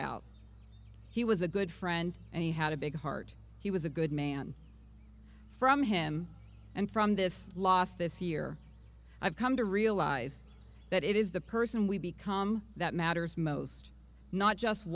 out he was a good friend and he had a big heart he was a good man from him and from this last this year i've come to realize that it is the person we become that matters most not just